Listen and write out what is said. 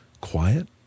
Quiet